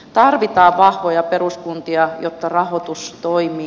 tarvitaan vahvoja peruskuntia jotta rahoitus toimii